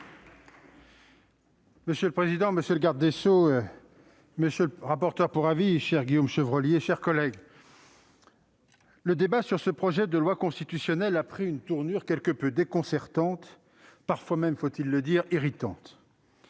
Monsieur le président, monsieur le garde des sceaux, monsieur le rapporteur pour avis- cher Guillaume Chevrollier -, mes chers collègues, le débat sur ce projet de loi constitutionnelle a pris une tournure quelque peu déconcertante, parfois même irritante.